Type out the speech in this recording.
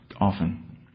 often